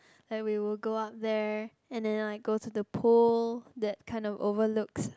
like we will go up there and then like go to the pool that kind of overlooks